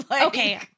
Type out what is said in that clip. Okay